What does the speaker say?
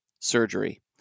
surgery